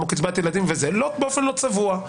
כמו קצבת ילדים באופן לא צבוע.